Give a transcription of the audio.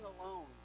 alone